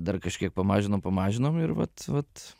dar kažkiek pamažinom pamažinom ir vat vat